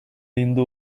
ayında